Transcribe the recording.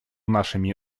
нашими